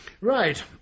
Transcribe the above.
Right